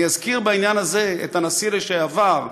אני אזכיר בעניין הזה את הנשיא לשעבר,